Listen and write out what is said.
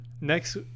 Next